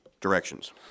directions